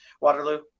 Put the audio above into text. Waterloo